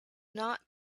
not